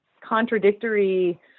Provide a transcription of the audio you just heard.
contradictory